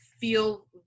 feel